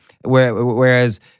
Whereas